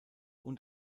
und